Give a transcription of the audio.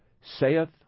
saith